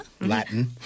Latin